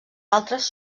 altres